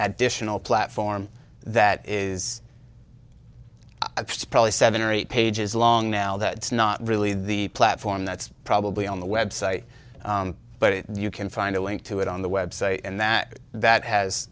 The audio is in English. additional platform that is probably seven or eight pages long now that it's not really the platform that's probably on the website but you can find a link to it on the website and that that has